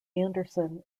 anderson